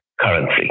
currency